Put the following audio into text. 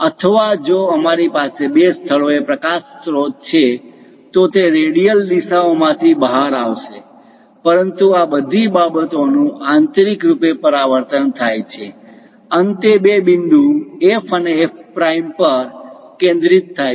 અથવા જો અમારી પાસે બે સ્થળોએ પ્રકાશ સ્રોત છે તો તે રેડિયલ દિશાઓમાંથી બહાર આવશે પરંતુ આ બધી બાબતોનું આંતરિક રૂપે પરાવર્તન થાય છે અંતે બે બિંદુ F અને F પ્રાઇમ પર કેન્દ્રિત થાય છે